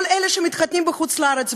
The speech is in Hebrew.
כל אלה שמתחתנים בחוץ-לארץ,